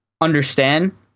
understand